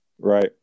Right